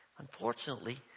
Unfortunately